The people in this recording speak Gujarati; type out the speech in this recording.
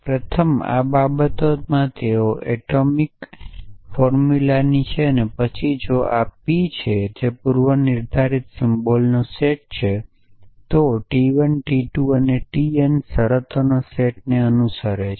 પ્રથમ આ બાબતો તેઓ એટોમિક ફોર્મુલાની છે પછી જો આ P છે તે પૂર્વનિર્ધારિત સિમ્બોલનો સેટ છે અને ટી 1 ટી 2 ટી n શરતોના સેટને અનુસરે છે